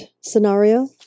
scenario